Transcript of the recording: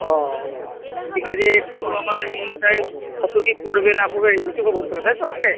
ও ঠিক আছে একটু আমার এই ওটায় কত কী পড়বে না পড়বে এটুকু বলতে হবে তাই তো আমাকে